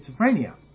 schizophrenia